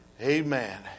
Amen